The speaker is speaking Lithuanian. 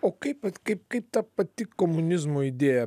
o kaip kad kaip kaip ta pati komunizmo idėją